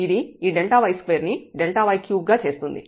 ఇది ఈ Δy2ను Δy3గా చేస్తుంది